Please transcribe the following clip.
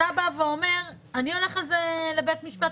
אתה אומר: אני הולך על זה לבית משפט,